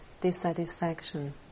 dissatisfaction